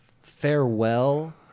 farewell